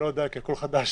אני לא יודע כי הכול חדש.